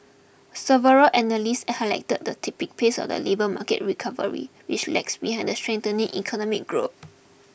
several analysts highlighted the tepid pace of the labour market recovery which lags behind the strengthening economic growth